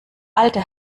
alte